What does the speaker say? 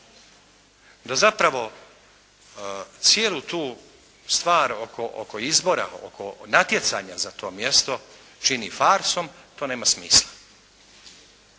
da zapravo cijelu tu stvar oko izbora, oko natjecanja za to mjesto čini farsom to nema smisla.